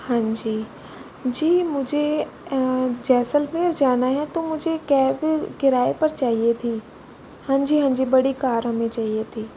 हाँ जी जी मुझे जैसलमेर जाना है तो मुझे कैब किराए पर चाहिए थी हाँ जी हाँ जी बड़ी कार हमें चाहिए थी